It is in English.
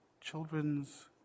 Children's